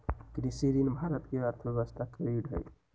कृषि ऋण भारत के अर्थव्यवस्था के रीढ़ हई